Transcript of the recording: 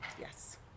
Yes